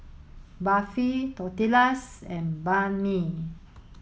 Barfi Tortillas and Banh Mi